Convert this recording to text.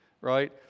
right